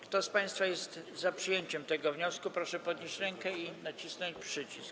Kto z państwa jest za przyjęciem tego wniosku, proszę podnieść rękę i nacisnąć przycisk.